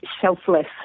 selfless